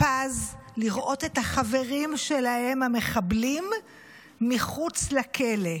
פז לראות את החברים שלהם המחבלים מחוץ לכלא.